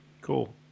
cool